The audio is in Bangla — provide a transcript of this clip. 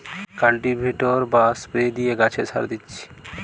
কাল্টিভেটর বা স্প্রে দিয়ে গাছে সার দিচ্ছি